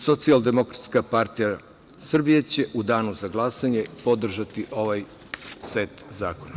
Socijaldemokratska partija Srbije će u danu za glasanje podržati ovaj set zakona.